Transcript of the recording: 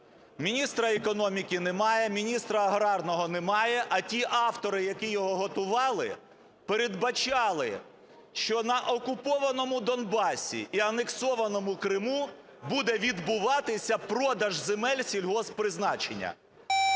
міністра економіки немає, міністра аграрного немає, а ті автори, які його готували, передбачали, що на окупованому Донбасі і анексованому Криму буде відбуватися продаж земель сільгосппризначення.